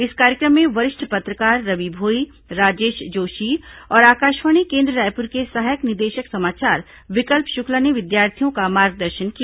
इस कार्यक्रम में वरिष्ठ पत्रकार रवि भोई राजेश जोशी और आकाशवाणी केन्द्र रायपुर के सहायक निदेशक समाचार विकल्प शुक्ला ने विद्यार्थियों का मार्गदर्शन किया